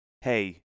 hey